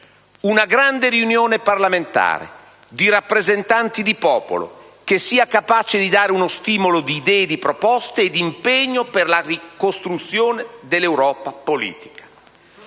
una grande riunione parlamentare di rappresentanti di popolo che sia capace di dare uno stimolo di idee, proposte e impegno per la ricostruzione dell'Europa politica.